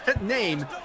name